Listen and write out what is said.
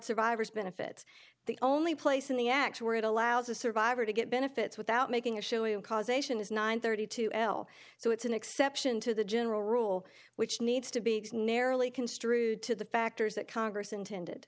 survivor's benefits the only place in the act where it allows a survivor to get benefits without making a show causation is nine thirty two so it's an exception to the general rule which needs to be narrowly construed to the factors that congress intended